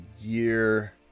year